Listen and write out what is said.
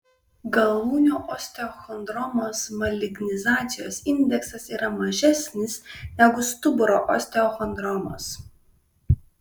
galūnių osteochondromos malignizacijos indeksas yra mažesnis negu stuburo osteochondromos